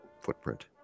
footprint